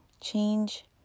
Change